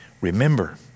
Remember